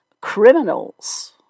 criminals